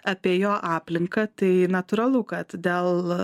apie jo aplinką tai natūralu kad dėl